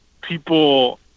people